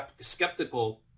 skeptical